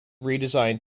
redesigned